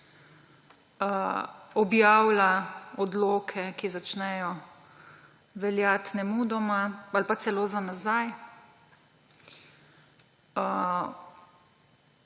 objavlja odloke, ki začnejo veljati nemudoma ali pa celo za nazaj.